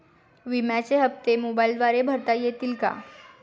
विम्याचे हप्ते मोबाइलद्वारे भरता येतील का?